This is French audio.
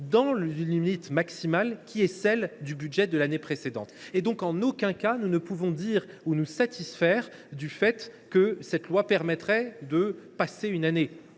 dans une limite maximale, qui est celle du budget de l’année précédente. En aucun cas nous ne pouvons dire – donc nous en satisfaire – que cette loi permettrait de passer une année.